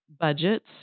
budgets